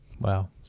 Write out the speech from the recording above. Wow